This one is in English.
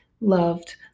loved